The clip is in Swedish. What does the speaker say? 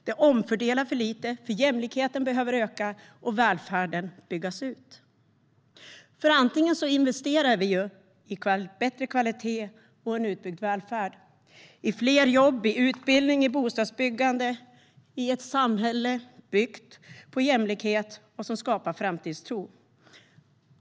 Den omfördelar för lite med tanke på att jämlikheten behöver öka och välfärden byggas ut. Antingen investerar vi i bättre kvalitet och utbyggd välfärd, i fler jobb, i utbildning, i bostadsbyggande, i ett samhälle byggt på jämlikhet som skapar framtidstro.